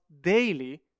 daily